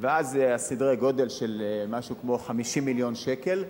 ואז זה סדרי-גודל של משהו כמו 50 מיליון שקל.